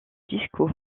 disco